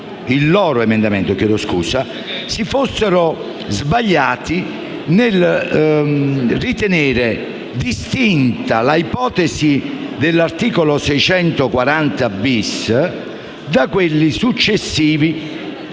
il loro emendamento, si fossero sbagliati nel ritenere distinta l'ipotesi dell'articolo 640*‑bis* da quelle successive